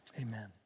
amen